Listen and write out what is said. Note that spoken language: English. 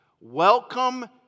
Welcome